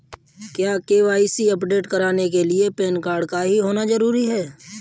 क्या KYC update कराने के लिए पैन कार्ड का ही होना जरूरी है?